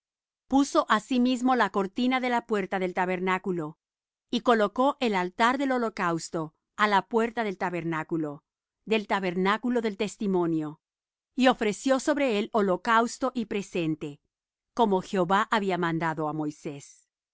puso asimismo la cortina de la puerta del tabernáculo y colocó el altar del holocausto á la puerta del tabernáculo del tabernáculo del testimonio y ofreció sobre él holocausto y presente como jehová había mandado á moisés